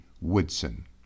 Woodson